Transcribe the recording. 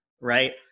right